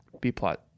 B-plot